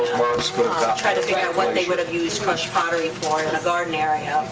try to figure what they would have used crushed pottery for, in a garden area.